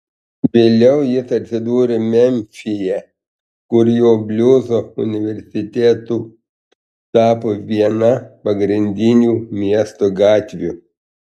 vėliau jis atsidūrė memfyje kur jo bliuzo universitetu tapo viena pagrindinių miesto gatvių